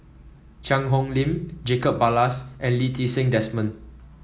Cheang Hong Lim Jacob Ballas and Lee Ti Seng Desmond